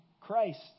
Christ